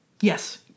Yes